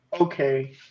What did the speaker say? okay